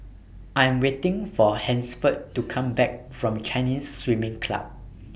I Am waiting For Hansford to Come Back from Chinese Swimming Club